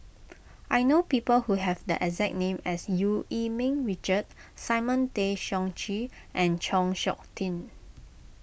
I know people who have the exact name as Eu Yee Ming Richard Simon Tay Seong Chee and Chng Seok Tin